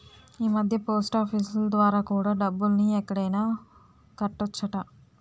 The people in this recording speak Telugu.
ఈమధ్య పోస్టాఫీసులు ద్వారా కూడా డబ్బుల్ని ఎక్కడైనా కట్టొచ్చట